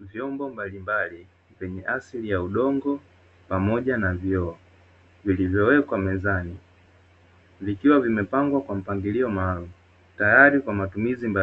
Vyombo mbalimbali vyenye asili ya udongo pamoja na vioo vilivyowekwa mezani, vikiwa vimepangwa kwa mpangilio maalumu tayari kwa matumizi